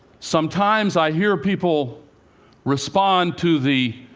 sometimes i hear people respond to the